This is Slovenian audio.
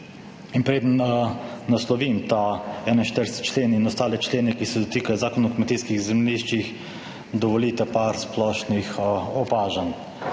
preden naslovim ta 41. člen in ostale člene, ki se dotikajo Zakona o kmetijskih zemljišč, dovolite par splošnih opažanj.